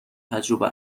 تجربه